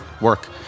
work